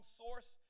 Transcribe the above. source